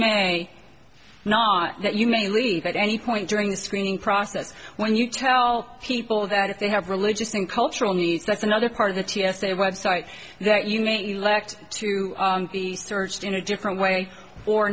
may not that you may leave at any point during the screening process when you tell people that if they have religious and cultural needs that's another part of the t s a website that you may elect to be searched in a different way or